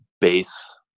base